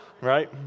right